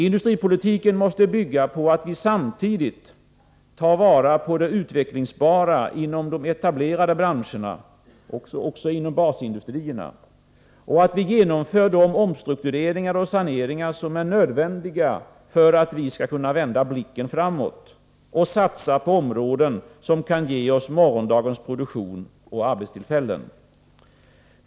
Industripolitiken måste bygga på att vi samtidigt tar vara på det utvecklingsbara inom de etablerade branscherna, också inom basindustrierna, och på att vi genomför de omstruktureringar och saneringar som är nödvändiga för att vi skall kunna vända blicken framåt och satsa på områden som kan ge oss morgondagens produktion och arbetstillfällen.